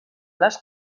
les